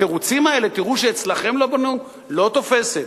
התירוצים האלה: תראו שאצלכם לא בנו, לא תופש.